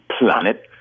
planet